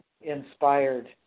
inspired